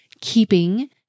keeping